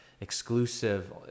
exclusive